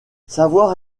savoir